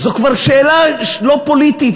זו כבר שאלה לא פוליטית,